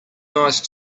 nice